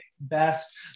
best